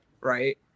Right